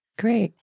Great